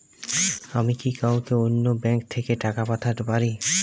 আমি কি কাউকে অন্য ব্যাংক থেকে টাকা পাঠাতে পারি?